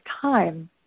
time